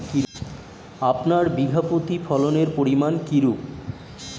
আপনার বিঘা প্রতি ফলনের পরিমান কীরূপ?